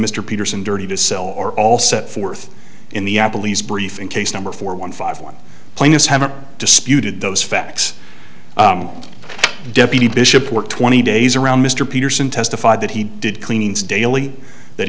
mr peterson dirty to sell or all set forth in the apple e's briefing case number four one five one plaintiffs haven't disputed those facts and deputy bishop work twenty days around mr peterson testified that he did cleanings daily that